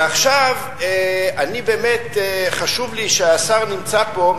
ועכשיו באמת חשוב לי שהשר נמצא פה,